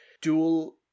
dual